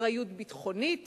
אחריות ביטחונית